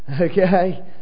okay